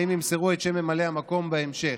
הם ימסרו את שם ממלא המקום בהמשך,